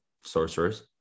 sorcerers